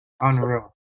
Unreal